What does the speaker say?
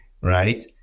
right